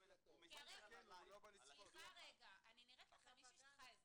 הרי מה הסיפור?